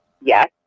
yes